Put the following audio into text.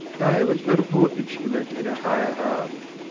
i was but a poor instrument in a higher hand.